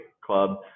Club